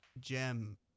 gem